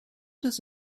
does